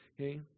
Okay